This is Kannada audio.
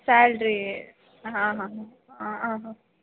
ಸ್ಯಾಲ್ರೀ ಹಾಂ ಹಾಂ ಹಾಂ